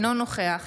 אינו נוכח